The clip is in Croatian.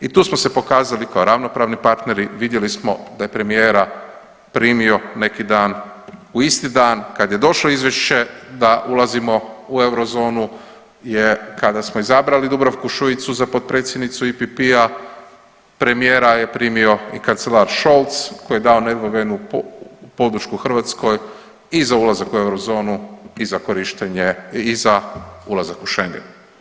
I tu smo se pokazali kao ravnopravni partneri, vidjeli smo da je premijera primio neki dan kad je došlo izvješće da ulazimo u eurozonu je kada smo izabrali Dubravku Šuicu za potpredsjednici IPP-a, premijera je primio i kancelara Scholz koji je dao nedvojbenu podršku Hrvatskoj i za ulazak u eurozonu i za korištenje i za ulazak u Schengen.